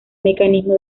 mecanismo